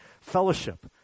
fellowship